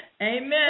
Amen